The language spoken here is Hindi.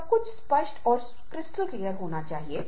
और इसे नियोक्ता ब्रांडिंग में भी बताया जाता है